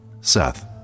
Seth